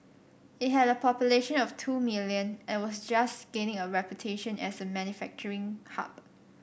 it had a population of two million and was just gaining a reputation as a manufacturing hub